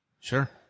sure